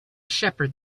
shepherd